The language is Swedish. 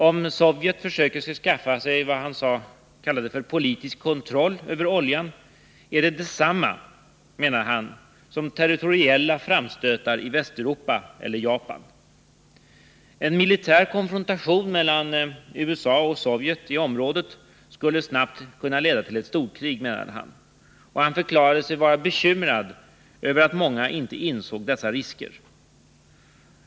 Om Sovjet försöker skaffa sig ”politisk kontroll” över oljan är det detsamma, menade Brown, som territoriella framstötar i Västeuropa eller Japan. En militär konfrontation mellan USA och Sovjet i området skulle snabbt leda till ett storkrig, uttalade han. Han förklarade sig vara bekymrad över att många inte insåg dessa risker.